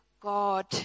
God